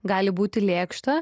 gali būti lėkšta